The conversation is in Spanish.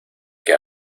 que